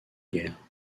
guerre